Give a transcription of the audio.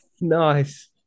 Nice